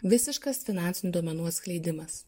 visiškas finansinių duomenų atskleidimas